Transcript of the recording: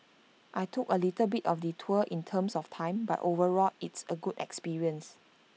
I took A little bit of detour in terms of time but overall it's A good experience